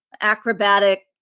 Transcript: acrobatic